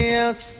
else